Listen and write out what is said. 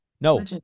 No